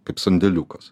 kaip sandėliukas